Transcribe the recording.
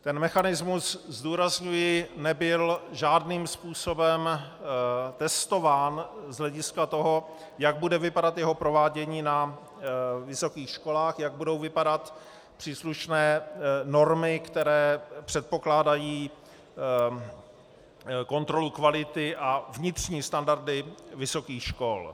Ten mechanismus, zdůrazňuji, nebyl žádným způsobem testován z hlediska toho, jak bude vypadat jeho provádění na vysokých školách, jak budou vypadat příslušné normy, které předpokládají kontrolu kvality a vnitřní standardy vysokých škol.